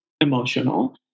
emotional